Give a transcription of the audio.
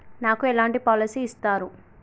నాకు ఎలాంటి పాలసీ ఇస్తారు?